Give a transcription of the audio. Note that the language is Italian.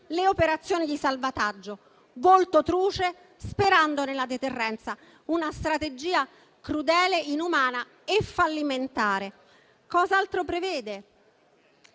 le operazioni di salvataggio; volto truce sperando nella deterrenza: una strategia crudele, inumana e fallimentare. Cos'altro prevede